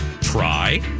try